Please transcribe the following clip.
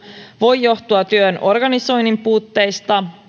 voi johtua työn organisoinnin puutteista